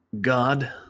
God